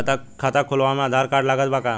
खाता खुलावे म आधार कार्ड लागत बा का?